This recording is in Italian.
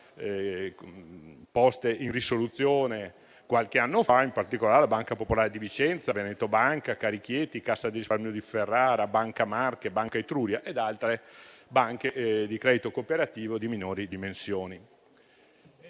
poste in risoluzione qualche anno fa, in particolare la Banca popolare di Vicenza, Veneto Banca, Carichieti, Cassa di risparmio di Ferrara, Banca Marche, Banca Etruria ed altre banche di credito cooperativo di minori dimensioni.